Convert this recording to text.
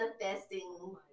manifesting